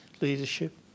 leadership